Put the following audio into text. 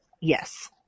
Yes